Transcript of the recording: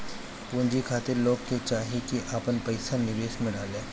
पूंजी खातिर लोग के चाही की आपन पईसा निवेश में डाले